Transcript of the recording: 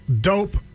dope